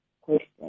question